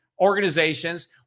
organizations